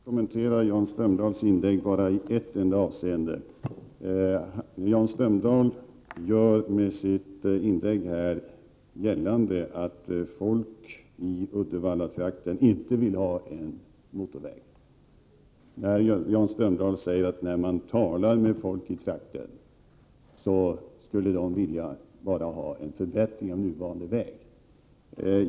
Herr talman! Jag vill i ett enda avseende kommentera Jan Strömdahls inlägg. Jan Strömdahl gör i sitt inlägg gällande att människor i Uddevallatrakten inte vill ha en motorväg. Han säger att när man talar med människor i trakten så säger de sig endast vilja ha en förbättring av nuvarande väg.